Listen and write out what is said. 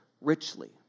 richly